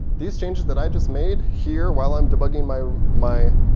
these changes that i just made here while i'm debugging my my